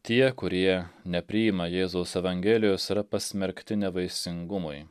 tie kurie nepriima jėzaus evangelijos yra pasmerkti nevaisingumui